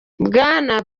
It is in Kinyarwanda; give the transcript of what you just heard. bwana